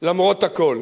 למרות הכול.